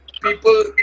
people